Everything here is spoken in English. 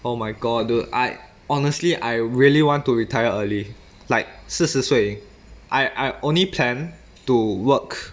oh my god dude I honestly I really want to retire early like 四十岁 I I only plan to work